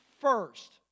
first